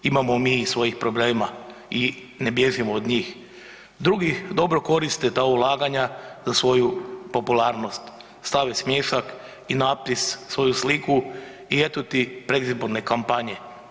Imamo mi i svojih problema i ne bježimo od njih, drugi ih dobro koriste za ulaganja za svoju popularnost, stave smiješak i natpis, svoju sliku i eto ti predizborne kampanje.